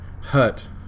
hut